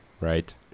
right